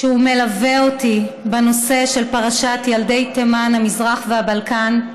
שמלווה אותי בנושא פרשת ילדי תימן, המזרח והבלקן,